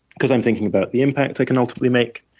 because i'm thinking about the impact i can ultimately make.